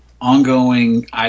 ongoing